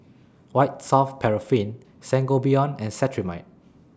White Soft Paraffin Sangobion and Cetrimide